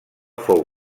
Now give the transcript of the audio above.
fou